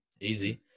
easy